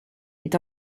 est